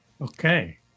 Okay